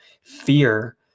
fear